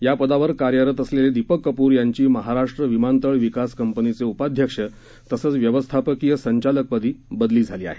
या पदावर कार्यरत असलेले दीपक कपूर यांची महाराष्ट्र विमानतळ विकास कंपनीचे उपाध्यक्ष तसंच व्यवस्थापकीय संचालकपदी बदली झाली आहे